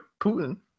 Putin